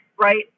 right